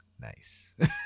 Nice